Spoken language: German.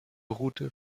route